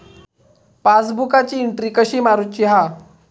पासबुकाची एन्ट्री कशी मारुची हा?